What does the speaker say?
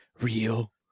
real